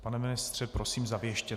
Pane ministře, prosím, zavěštěte.